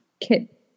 Kit